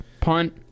punt